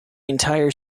entire